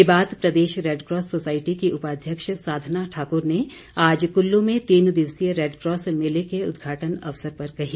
ये बात प्रदेश रेडकॉस सोसाईटी की उपाध्यक्ष साधना ठाक्र ने आज कुल्लू में तीन दिवसीय रेडकॉस मेले के उद्घाटन अवसर पर कही